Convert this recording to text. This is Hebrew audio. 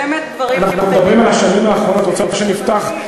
באמת, דברים בטלים, אני רוצה להגיד משהו.